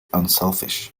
unselfish